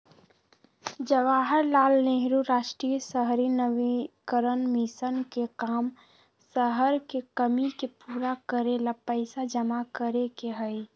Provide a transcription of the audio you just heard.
जवाहर लाल नेहरू राष्ट्रीय शहरी नवीकरण मिशन के काम शहर के कमी के पूरा करे ला पैसा जमा करे के हई